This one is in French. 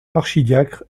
archidiacre